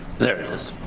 there it is.